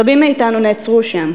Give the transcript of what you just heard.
רבים מאתנו נעצרו שם,